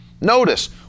Notice